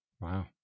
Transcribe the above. Wow